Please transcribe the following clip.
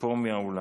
פה מהאולם.